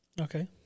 Okay